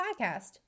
Podcast